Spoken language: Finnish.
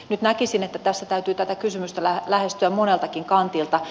nyt näkisin että tässä täytyy tätä kysymystä lähestyä moneltakin kantilta